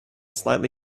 slightly